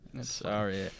Sorry